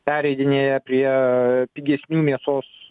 pereidinėja prie pigesnių mėsos